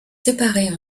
séparée